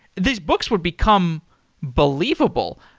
these books would become believable.